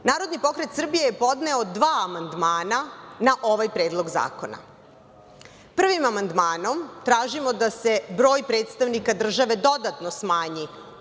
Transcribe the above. Narodni pokret Srbije je podneo dva amandmana na ovaj predlog zakona. Prvim amandmanom tražimo da se broj predstavnika države dodatno smanji